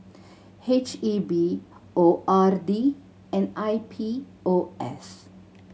H E B O R D and I P O S